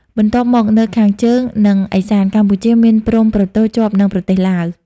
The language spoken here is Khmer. បន្ទាប់មកនៅខាងជើង និងឦសាន្ត កម្ពុជាមានព្រំប្រទល់ជាប់នឹងប្រទេសឡាវ។